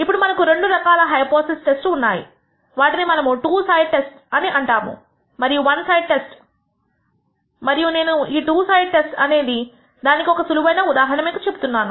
ఇప్పుడు మనకు రెండు రకాల హైపోథెసిస్ టెస్ట్స్ ఉన్నాయి వాటిని మనము టూ సైడెడ్ టెస్ట్స్ అంటాము మరియు వన్ సైడెడ్ టెస్ట్ మరియు నేను టూ సైడెడ్ టెస్ట్స్ అనే దానికి ఒక సులువైన ఉదాహరణ మీకు చెబుతున్నాను